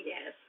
Yes